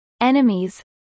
Enemies